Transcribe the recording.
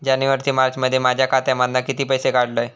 जानेवारी ते मार्चमध्ये माझ्या खात्यामधना किती पैसे काढलय?